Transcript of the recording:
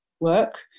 work